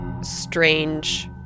strange